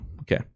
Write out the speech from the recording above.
okay